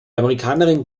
amerikanerin